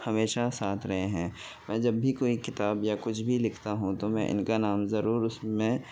ہمیشہ ساتھ رہے ہیں میں جب بھی کوئی کتاب یا کچھ بھی لکھتا ہوں تو میں ان کا نام ضرور اس میں